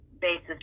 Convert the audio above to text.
basis